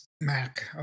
mac